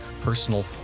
personal